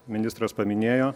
ministras paminėjo